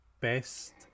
best